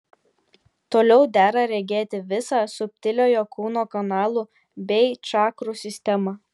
toliau dera regėti visą subtiliojo kūno kanalų bei čakrų sistemą